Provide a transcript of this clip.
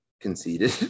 conceded